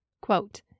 Quote